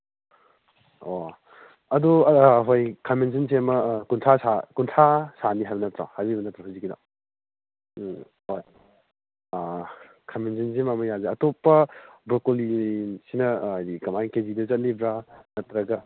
ꯑꯣ ꯑꯗꯨ ꯍꯣꯏ ꯈꯥꯃꯦꯟ ꯑꯁꯤꯟꯕꯤꯁꯦ ꯑꯃ ꯀꯨꯟꯊ꯭ꯔꯥ ꯀꯨꯟꯊ꯭ꯔꯥ ꯁꯥꯅꯤ ꯍꯥꯏꯕ ꯅꯠꯇ꯭ꯔꯣ ꯍꯥꯏꯕꯤꯕ ꯅꯠꯇ꯭ꯔꯣ ꯍꯧꯖꯤꯛꯀꯤꯗꯣ ꯎꯝ ꯍꯣꯏ ꯑꯥ ꯈꯥꯃꯦꯟ ꯑꯁꯤꯟꯕꯤꯁꯦ ꯃꯃꯜ ꯌꯥꯝ ꯌꯥꯝꯃꯦ ꯑꯇꯣꯞꯄ ꯕ꯭ꯔꯣꯀꯣꯂꯤꯁꯤꯅ ꯍꯥꯏꯗꯤ ꯀꯃꯥꯏꯅ ꯀꯦ ꯖꯤꯗ ꯆꯠꯄꯤꯕ꯭ꯔꯥ ꯅꯠꯇꯔꯒ